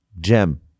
gem